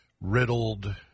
Riddled